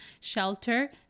Shelter